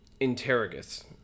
Interrogus